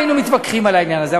היינו מתווכחים על העניין הזה,